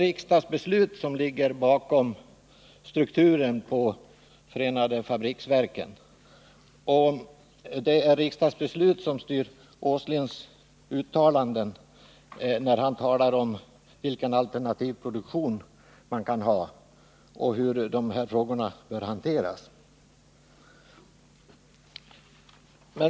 Riksdagsbeslut ligger bakom förenade fabriksverkens struktur, och riksdagsbeslut ligger också bakom Nils Åslings uttalanden om tänkbar alternativ produktion och frågornas hantering.